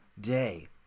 day